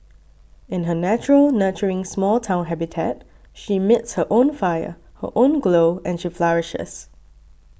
in her natural nurturing small town habitat she emits her own fire her own glow and she flourishes